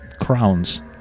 crowns